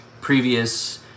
previous